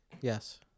Yes